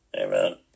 Amen